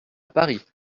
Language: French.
paris